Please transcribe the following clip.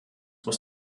muss